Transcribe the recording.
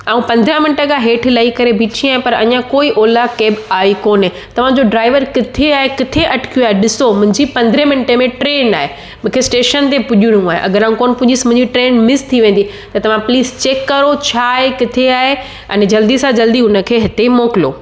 ऐं पंदरहां मिंट खां हेठि लही करे बिठी आहियां पर कोई ओला केब आई कोन्हे तव्हांजो ड्राइवर किथे आहे किथे अटिकियो आहे ॾिसो मुंहिंजी पंदरहें मिंटें में ट्रेन आहे मूंखे स्टेशन ते पुॼणो आहे अगरि कोन पुॼियसि त मुंहिंजी ट्रेन मिस थी वेंदी ऐं तव्हां प्लीज़ चेक कयो छा आहे किथे आहे अने जल्दी सां जल्दी उन खे हिते ई मोकिलियो